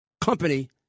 company